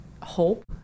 hope